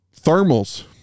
Thermals